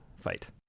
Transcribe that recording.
Fight